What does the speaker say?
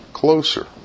closer